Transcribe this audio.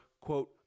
quote